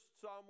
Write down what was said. Psalm